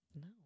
No